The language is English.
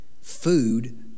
food